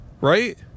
Right